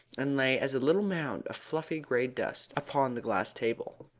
and lay as a little mound of fluffy grey dust upon the glass table.